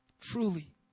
Truly